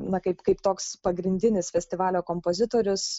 na kaip kaip toks pagrindinis festivalio kompozitorius